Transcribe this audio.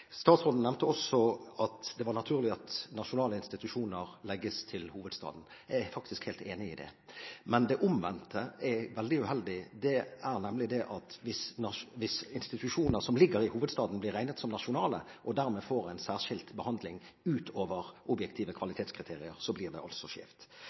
Statsråden nevnte også at det var naturlig at nasjonale institusjoner legges til hovedstaden. Jeg er faktisk helt enig i det. Men det omvendte er veldig uheldig – hvis institusjoner som ligger i hovedstaden, blir regnet som nasjonale og dermed får en særskilt behandling utover objektive kvalitetskriterier, blir det altså skjevt.